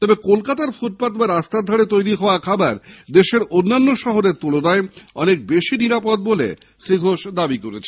তবে কলকাতার ফুটপাত বা রাস্তার ধারে তৈরি হওয়া খাবার দেশের অন্যান্য শহরের তুলনায় অনেক বেশি নিরাপদ বলে অতীনবাবু দাবি করেছেন